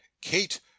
kate